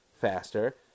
faster